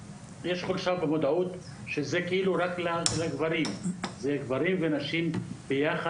אבל זה גם אצל גברים וגם אצל נשים,